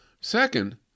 Second